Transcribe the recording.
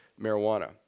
marijuana